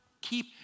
Keep